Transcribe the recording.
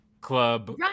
club